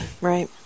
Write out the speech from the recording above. Right